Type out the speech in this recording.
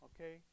okay